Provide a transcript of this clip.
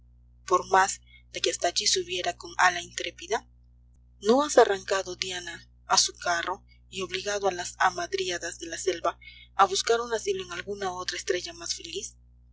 por más de que hasta allí subiera con ala intrépida no has arrancado diana a su carro y obligado a las hamadriadas de la selva a buscar un asilo en alguna otra estrella más feliz